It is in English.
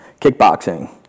kickboxing